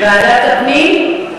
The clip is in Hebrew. ועדת הפנים.